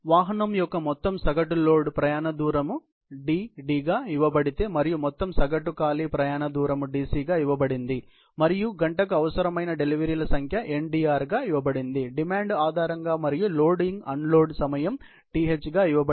వాహనం యొక్క మొత్తం సగటు లోడ్ ప్రయాణ దూరం Dd గా ఇవ్వబడితే మరియు మొత్తం సగటు ఖాళీ ప్రయాణ దూరం Dc గా ఇవ్వబడింది మరియు గంటకు అవసరమైన డెలివరీల సంఖ్య Ndr గా ఇవ్వబడింది డిమాండ్ ఆధారంగా మరియు లోడింగ్ అన్లోడ్ సమయం Th గా ఇవ్వబడింది